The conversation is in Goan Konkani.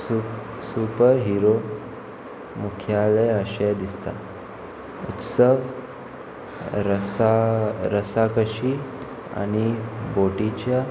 सूप सूपर हिरो मुख्यालय अशें दिता स रसा रसा कशीं आनी बोटीच्या